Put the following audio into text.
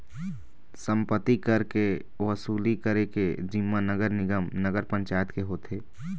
सम्पत्ति कर के वसूली करे के जिम्मा नगर निगम, नगर पंचायत के होथे